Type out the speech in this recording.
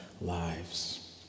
lives